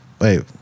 Wait